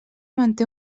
manté